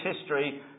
history